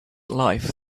life